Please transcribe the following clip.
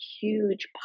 huge